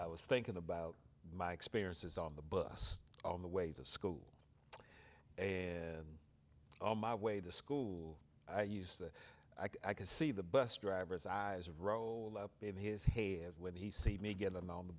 i was thinking about my experiences on the bus on the way to school and on my way to school i used to i can see the bus drivers eyes roll up in his head when he sees me get them on the